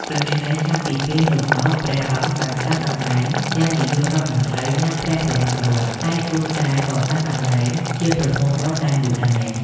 ដូច្នេះ ចាប់ពីពេលនោះមក ព្រះអង្គបានកាន់តំណែងទាំងនាយករដ្ឋមន្ត្រី និងព្រះប្រមុខរដ្ឋ តែជួនកាលក៏កាន់តែតំណែងជាប្រមុខរដ្ឋតែមួយដែរ។